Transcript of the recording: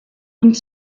und